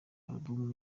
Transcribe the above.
album